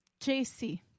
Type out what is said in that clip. JC